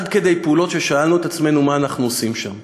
עד כדי פעולות ששאלנו את עצמנו: מה אנחנו עושים שם?